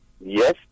Yes